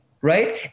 Right